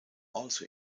also